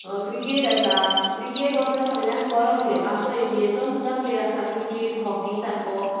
cricket आसा cricket हो तर सगल्यांत बोरो खेळ आमचो इंडियेचो सुद्दां खेळ आसा क्रिकेट हाॅकी सारको